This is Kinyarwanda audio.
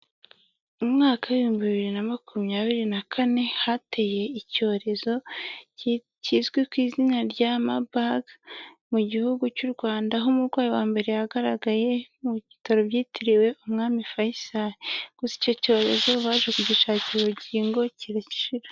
Mu mwaka w'ibihumbi bibiri na makumyabiri na kane hateye icyorezo kizwi ku izina rya Marburg mu gihugu cy'u Rwanda, aho umurwayi wa mbere yagaragaye mu bitaro byitiriwe umwami Faisal, gusa icyo cyorezo baje kugishakira urukingo kirashira.